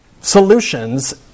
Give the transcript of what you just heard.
solutions